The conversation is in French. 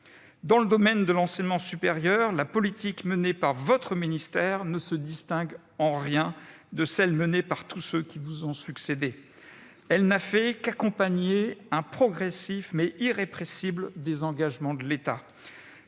Dans le domaine de l'enseignement supérieur, la politique menée par votre ministère ne se distingue en rien de celle menée par tous ceux qui vous ont précédée. Elle n'a fait qu'accompagner un progressif, mais irrépressible, désengagement de l'État.